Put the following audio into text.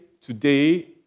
today